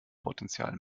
potential